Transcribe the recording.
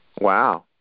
wow